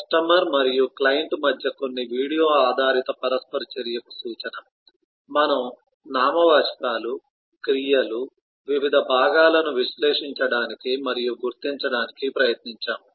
customer మరియు client మధ్య కొన్ని వీడియో ఆధారిత పరస్పర చర్యకు సూచన మనము నామవాచకాలు క్రియలు వివిధ భాగాలను విశ్లేషించడానికి మరియు గుర్తించడానికి ప్రయత్నించాము